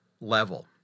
level